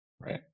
right